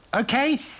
okay